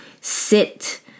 sit